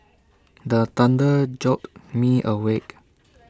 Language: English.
the thunder jolt me awake